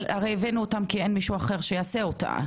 והבאנו אותם כי אין מישהו אחר שיעשה אותם.